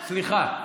סליחה.